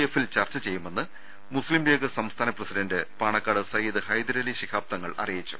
എഫിൽ ചർച്ച ചെയ്യുമെന്ന് മുസ്ലിം ലീഗ് സംസ്ഥാന പ്രസിഡന്റ് പാണ ക്കാട് സയ്യിദ് ഹൈദരലി ശിഹാബ് തങ്ങൾ അറിയിച്ചു